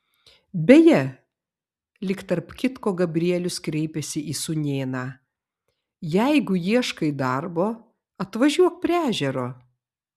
beje lyg tarp kitko gabrielius kreipėsi į sūnėną jeigu ieškai darbo atvažiuok prie ežero